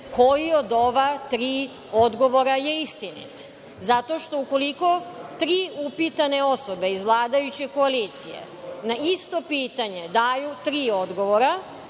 koji od ova tri odgovora je istinit, zato što ukoliko tri upitane osobe iz vladajuće koalicije na isto pitanje daju tri odgovora,